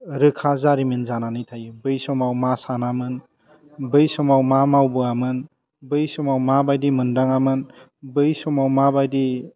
रोखा जारिमिन जानानै थायो बै समाव मा सानामोन बै समाव मा मावबोआमोन बै समाव माबायदि मोनदाङामोन बै समाव माबायदि